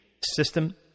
system